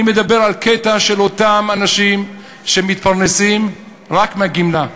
אני מדבר על קטע של אותם אנשים שמתפרנסים רק מהגמלה.